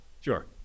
Sure